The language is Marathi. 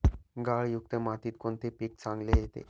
गाळयुक्त मातीत कोणते पीक चांगले येते?